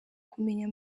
kumenya